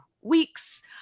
weeks